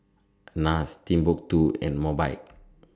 Nars Timbuk two and Mobike